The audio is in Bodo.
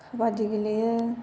खाबादि गेलेयो